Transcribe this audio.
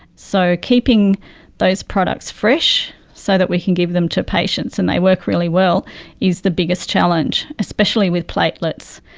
so keeping those products fresh so that we can give them to patients and they work really well is the biggest challenge, especially with platelets.